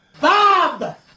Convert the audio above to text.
Bob